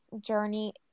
journey